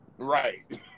Right